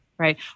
Right